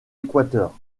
équateur